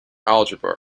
algebra